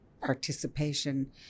participation